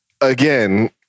again